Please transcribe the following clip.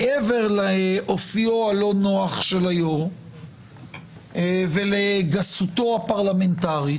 מעבר לאופיו הלא נוח של היושב-ראש ולגסותו הפרלמנטארית,